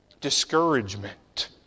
discouragement